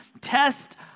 test